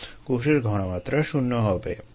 কোষের ঘনমাত্রা শূন্য হবে